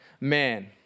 man